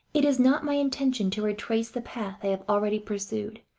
it is not my intention to retrace the path i have already pursued,